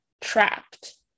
Trapped